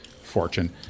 fortune